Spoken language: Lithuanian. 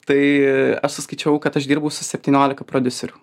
tai aš suskaičiavau kad aš dirbau su septyniolika prodiuserių